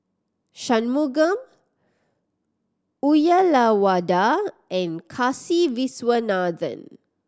Shunmugam Uyyalawada and Kasiviswanathan